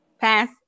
pass